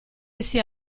essi